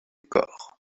corps